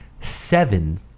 seven